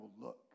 look